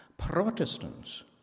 Protestants